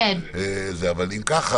אם כך,